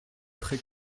très